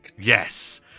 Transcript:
Yes